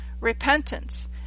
repentance